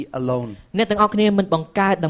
alone